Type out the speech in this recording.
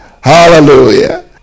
Hallelujah